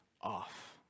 off